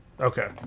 Okay